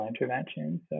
interventions